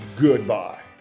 goodbye